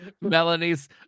melanie's